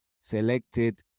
selected